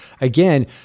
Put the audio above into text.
Again